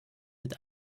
mit